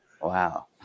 Wow